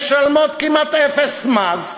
משלמות כמעט אפס מס,